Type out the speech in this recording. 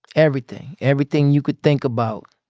everything. everything you could think about.